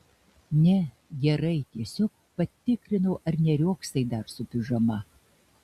ne gerai tiesiog patikrinau ar neriogsai dar su pižama